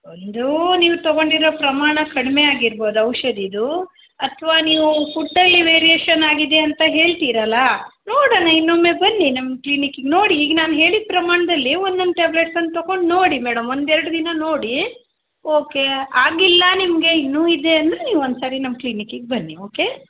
ಒಂದೂ ನೀವು ತಗೊಂಡಿರೊ ಪ್ರಮಾಣ ಕಡ್ಮೆಯಾಗಿರ್ಬೋದು ಔಷಧಿದೂ ಅಥ್ವಾ ನೀವು ಫುಡ್ಡಲ್ಲಿ ವೇರಿಯೇಷನ್ ಆಗಿದೆ ಅಂತ ಹೇಳ್ತಿರಲ್ಲ ನೋಡೋಣ ಇನ್ನೊಮ್ಮೆ ಬನ್ನಿ ನಮ್ಮ ಕ್ಲಿನಿಕಿಗೆ ನೋಡಿ ಈಗ ನಾನು ಹೇಳಿದ ಪ್ರಮಾಣದಲ್ಲಿ ಒನ್ನೊಂದು ಟ್ಯಾಬ್ಲೆಟ್ಸನ್ನ ತಕೊಂಡು ನೋಡಿ ಮೇಡಮ್ ಒಂದು ಎರಡು ದಿನ ನೋಡೀ ಓಕೆ ಆಗಿಲ್ಲ ನಿಮಗೆ ಇನ್ನು ಇದೆ ಅಂದರೆ ನೀವು ಒಂದ್ಸರ್ತಿ ನಮ್ಮ ಕ್ಲಿನಿಕಿಗೆ ಬನ್ನಿ ಓಕೆ